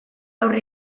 aurre